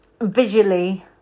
visually